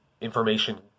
information